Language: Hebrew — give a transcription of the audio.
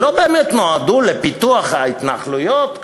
שלא באמת נועדו לפיתוח ההתנחלויות,